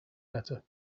better